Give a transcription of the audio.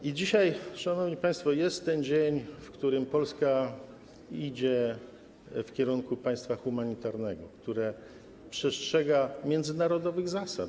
I dzisiaj, szanowni państwo, jest ten dzień, w którym Polska idzie w kierunku państwa humanitarnego, które przestrzega międzynarodowych zasad.